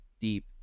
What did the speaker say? deep